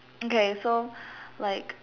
okay so like